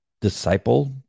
disciple